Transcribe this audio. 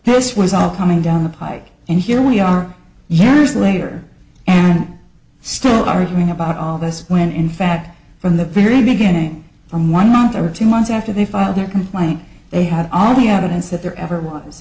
this was all coming down the pike and here we are years later and still arguing about all this when in fact from the very beginning from one month or two months after they filed their complaint they had all the evidence that there ever was